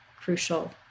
crucial